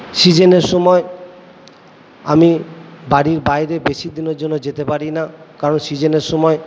সিজেনের সময় আমি বাড়ির বাইরে বেশি দিনের জন্য যেতে পারি না কারণ সিজেনের সময়